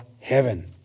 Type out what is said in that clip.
heaven